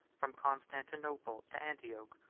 from constantinople to antioch,